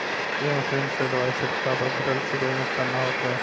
ए machine से दवाई छिटला पर फसल के कोई नुकसान ना होखे